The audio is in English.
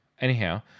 Anyhow